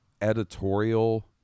editorial